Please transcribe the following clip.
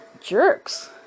jerks